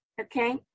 Okay